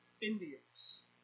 Indians